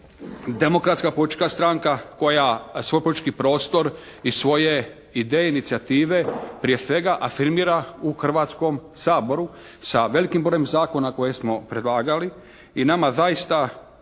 demokratska politička stranka koja svoj politički prostor i svoje ideje, inicijative prije svega afirmira u Hrvatskom saboru sa velikim brojem zakona koje smo predlagali i nama zaista